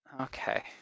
Okay